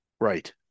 Right